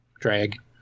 drag